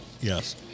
yes